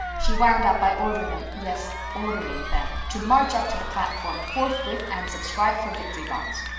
she wound up by ordering them yes, ordering them to march up to the platform forthwith and subscribe for victory bonds.